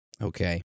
Okay